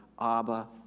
Abba